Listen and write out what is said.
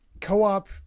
co-op